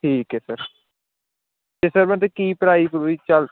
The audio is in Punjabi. ਠੀਕ ਹੈ ਸਰ ਅਤੇ ਸਰ ਮੈਂ ਅਤੇ ਕੀ ਪ੍ਰਾਈਜ ਵੀ ਚਲ